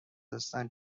هستند